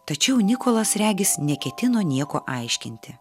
tačiau nikolas regis neketino nieko aiškinti